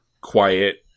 quiet